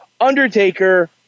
undertaker